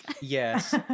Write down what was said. Yes